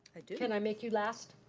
i do. can i make you last?